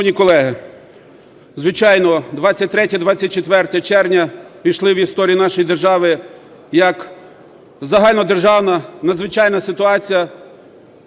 звичайно, 23-24 червня ввійшли в історію нашої держави як загальнодержавна надзвичайна ситуація,